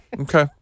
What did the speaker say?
Okay